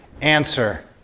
answer